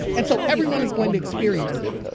and so everyone is going to experience it.